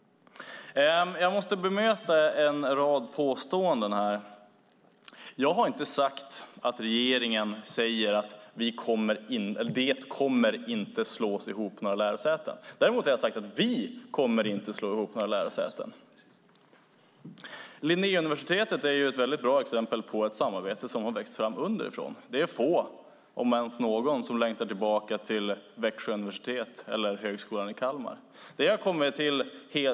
Jag måste bemöta en rad påståenden. Jag har inte sagt att regeringen säger att det inte kommer att slås ihop några lärosäten. Däremot har jag sagt att vi inte kommer att slå ihop några lärosäten. Linnéuniversitetet är ett väldigt bra exempel på ett samarbete som har vuxit fram underifrån. Det är få, om ens någon, som längtar tillbaka till Växjö universitet eller Högskolan i Kalmar.